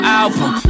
album